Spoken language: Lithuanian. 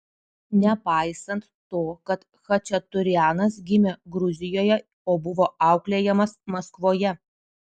nepaisant to kad chačaturianas gimė gruzijoje o buvo auklėjamas maskvoje